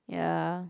ya